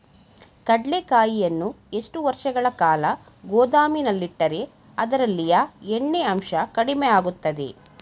ಕಡ್ಲೆಕಾಯಿಯನ್ನು ಎಷ್ಟು ವರ್ಷಗಳ ಕಾಲ ಗೋದಾಮಿನಲ್ಲಿಟ್ಟರೆ ಅದರಲ್ಲಿಯ ಎಣ್ಣೆ ಅಂಶ ಕಡಿಮೆ ಆಗುತ್ತದೆ?